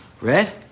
Red